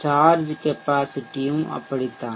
charge கெப்பாசிட்டியும் திறன் அப்படித்தான்